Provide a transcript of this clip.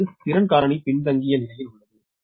8 திறன் காரணி பின்தங்கிய நிலையில் உள்ளது